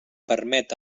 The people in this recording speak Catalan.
permet